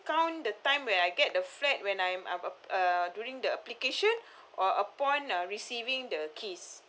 count the time where I get the flat when I'm uh uh uh during the application or upon uh receiving the keys